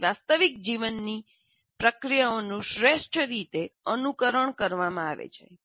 આવી વાસ્તવિક જીવન પ્રક્રિયાઓ નું શ્રેષ્ઠ રીતે અનુકરણ કરવામાં આવે છે